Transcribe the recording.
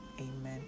amen